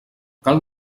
cal